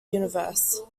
universe